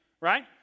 right